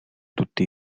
tutti